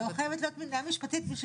לא חייבת להיות מניעה משפטית כדי